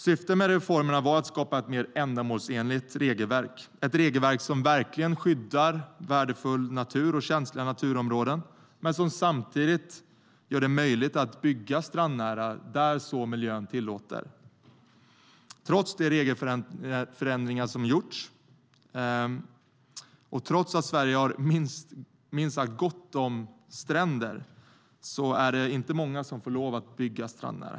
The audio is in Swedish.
Syftet med reformerna var att skapa ett mer ändamålsenligt regelverk, ett regelverk som verkligen skyddar värdefull natur och känsliga naturområden men som samtidigt gör det möjligt att bygga strandnära där miljön så tillåter. Trots de regelförändringar som har gjorts och trots att Sverige har minst sagt gott om stränder är det inte många som får lov att bygga strandnära.